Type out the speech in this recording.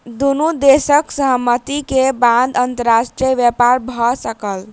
दुनू देशक सहमति के बाद अंतर्राष्ट्रीय व्यापार भ सकल